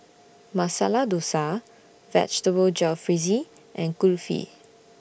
Masala Dosa Vegetable Jalfrezi and Kulfi